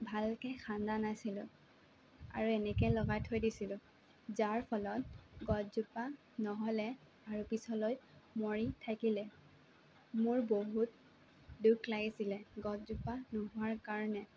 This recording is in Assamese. ভালকে খান্দা নাছিলোঁ আৰু এনেকে লগাই থৈ দিছিলোঁ যাৰ ফলত গছজোপা নহ'লে আৰু পিছলৈ মৰি থাকিলে মোৰ বহুত দুখ লাগিছিলে গছজোপা নোহোৱাৰ কাৰণে